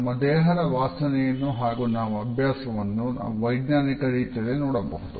ನಮ್ಮ ದೇಹದ ವಾಸನೆಯನ್ನು ಹಾಗು ನಮ್ಮ ಅಭ್ಯಾಸವನ್ನು ನಾವು ವೈಜ್ಞಾನಿಕ ರೀಇಟಿಯಲ್ಲಿ ನೋಡಬಹುದು